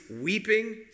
weeping